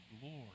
glory